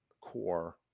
core